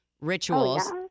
rituals